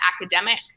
academic